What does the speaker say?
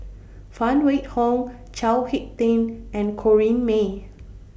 Phan Wait Hong Chao Hick Tin and Corrinne May